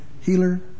healer